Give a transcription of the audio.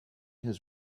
his